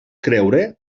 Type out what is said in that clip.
creure